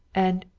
and,